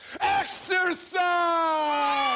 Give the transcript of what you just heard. Exercise